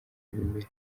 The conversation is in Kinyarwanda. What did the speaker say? imbere